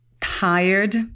tired